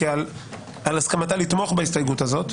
על הסכמתה לתמוך בהסתייגות הזאת.